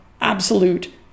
absolute